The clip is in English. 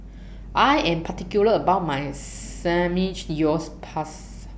I Am particular about My yours Pass